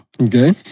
Okay